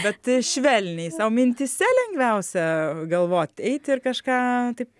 bet švelniai sau mintyse lengviausia galvoti eiti ir kažką taip